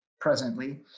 presently